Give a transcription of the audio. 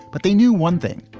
but they knew one thing.